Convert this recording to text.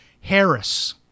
Harris